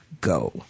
Go